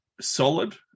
solid